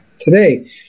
today